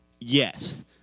yes